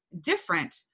different